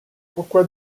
pourquoi